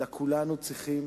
אלא כולנו צריכים